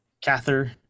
Cather